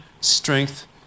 strength